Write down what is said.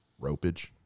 Ropage